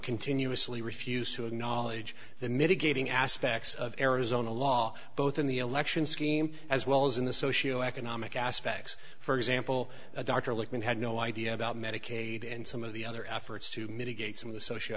continuously refused to acknowledge the mitigating aspects of arizona law both in the election scheme as well as in the social economic aspects for example dr lichtman had no idea about medicaid and some of the other efforts to mitigate some of the soci